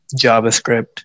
JavaScript